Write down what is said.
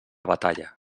batalla